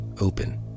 open